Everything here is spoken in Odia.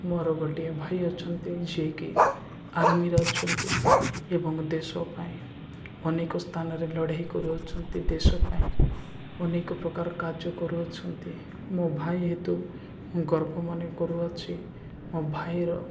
ମୋର ଗୋଟିଏ ଭାଇ ଅଛନ୍ତି ଯିଏକି ଆର୍ମିରେ ଅଛନ୍ତି ଏବଂ ଦେଶ ପାଇଁ ଅନେକ ସ୍ଥାନରେ ଲଢ଼େଇ କରୁଅଛନ୍ତି ଦେଶ ପାଇଁ ଅନେକ ପ୍ରକାର କାର୍ଯ୍ୟ କରୁଅଛନ୍ତି ମୋ ଭାଇ ହେତୁ ମୁଁ ଗର୍ବ ମନେ କରୁଅଛି ମୋ ଭାଇର